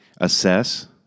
Assess